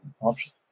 options